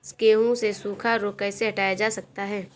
गेहूँ से सूखा रोग कैसे हटाया जा सकता है?